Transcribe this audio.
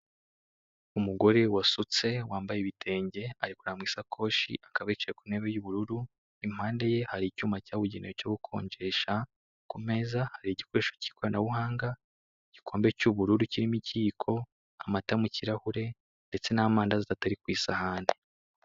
Umugore wasutse wambaye ibitenge ari kureba mu ishakoshe akaba yicaye ku ntebe y'ubururu, impande ye hari icyuma cyabugenewe cyo gukonjesha , ku meza hari igikoresho cy'ikoranabuhanga, igikombe cy'ubururu kirimo ikiyiko, amata mu kirahure ndetse n'amandazi atatu ari ku isahani.